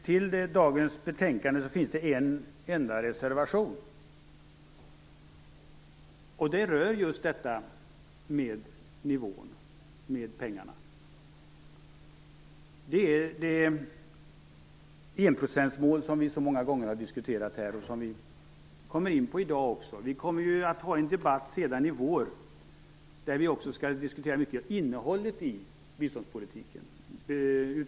Till dagens betänkande finns en enda reservation, och den rör just detta med nivån, dvs. pengarna. Det handlar om det enprocentsmål som vi så många gånger har diskuterat och som vi kommer in på även i dag. Vi kommer sedan i vår att ha en debatt då vi skall diskutera innehållet i biståndspolitiken.